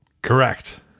Correct